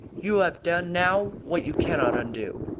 you have done now what you cannot undo!